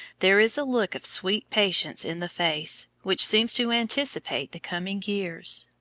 there is a look of sweet patience in the face, which seems to anticipate the coming years.